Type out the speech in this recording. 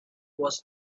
was